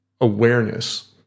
awareness